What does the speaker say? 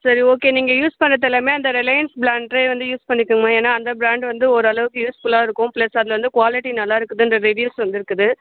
சரி ஓகே நீங்கள் யூஸ் பண்ணுறதுலையுமே அந்த ரிலையன்ஸ் ப்ராண்ட்டே வந்து யூஸ் பண்ணிக்கொங்கம்மா ஏன்னா அந்த ப்ராண்ட் வந்து ஓரளவுக்கு யூஸ்ஃபுல்லாக இருக்கும் ப்ளஸ் அதில் வந்து க்வாலிட்டி நல்லாயிருக்குது இந்த ரிவீயூஸ் வந்திருக்குது